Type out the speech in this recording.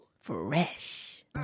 Fresh